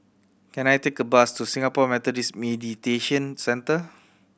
can I take a bus to Singapore Meditation Centre